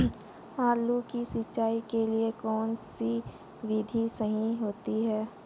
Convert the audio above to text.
आलू की सिंचाई के लिए कौन सी विधि सही होती है?